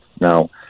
Now